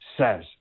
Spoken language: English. says